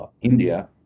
India